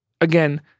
again